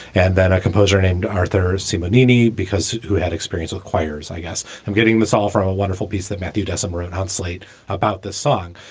and then a composer named arthur c. mignini because he had experience with choirs. i guess i'm getting this all from a wonderful piece that matthew doesn't rule out slate about this song.